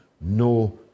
no